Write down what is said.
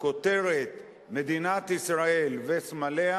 כותרת "מדינת ישראל וסמליה"